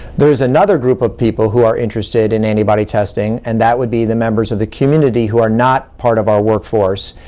there is another group of people who are interested in antibody testing, and that would be the members of the community who are not part of our workforce.